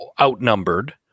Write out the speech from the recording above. outnumbered